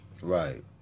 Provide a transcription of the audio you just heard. Right